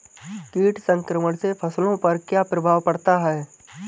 कीट संक्रमण से फसलों पर क्या प्रभाव पड़ता है?